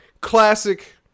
classic